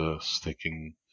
Sticking